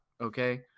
okay